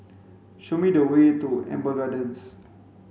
show me the way to Amber Gardens